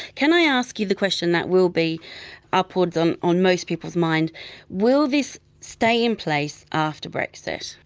can i ask you the question that will be upwards on on most people's mind will this stay in place after brexit?